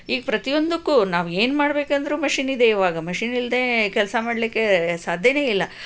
ಈಗ ಪ್ರತಿಯೊಂದಕ್ಕೂ ನಾವೇನು ಮಾಡಬೇಕೆಂದರೂ ಮಷೀನ್ ಇದೆ ಈವಾಗ ಮಷೀನ್ ಇಲ್ಲದೆ ಕೆಲಸ ಮಾಡಲಿಕ್ಕೆ ಸಾಧ್ಯವೇ ಇಲ್ಲ